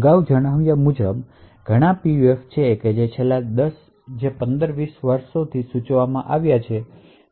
અગાઉ જણાવ્યા મુજબ ત્યાં ઘણાં પીયુએફછે જે છેલ્લા 15 થી 20 વર્ષમાં સૂચવવામાં આવ્યા છે